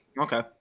okay